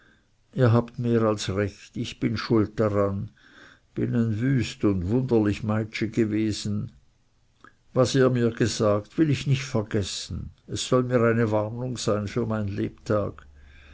ihr habt mehr als recht ich bin schuld daran bin ein wüst und wunderlich meitschi gewesen was ihr mir gesagt will ich nicht vergessen es soll nur eine warnung sein für mein lebtag